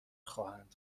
خواهند